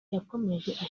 yakomeje